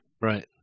Right